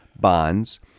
bonds